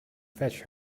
fetch